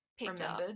remembered